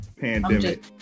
pandemic